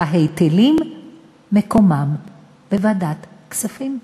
וההיטלים מקומם בוועדת הכספים.